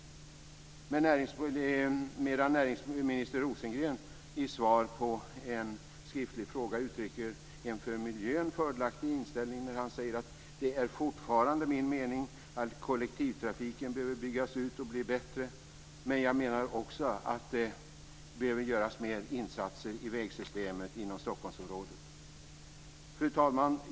Näringsminister Rosengren uttrycker i svar på en skriftlig fråga en för miljön ytterst fördelaktig inställning när han säger att det fortfarande är "min mening att kollektivtrafiken behöver byggas ut och bli bättre men jag menar också att det behöver göras mer insatser i vägsystemet inom Stockholmsområdet." Fru talman!